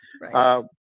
Right